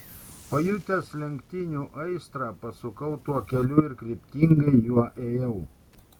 pajutęs lenktynių aistrą pasukau tuo keliu ir kryptingai juo ėjau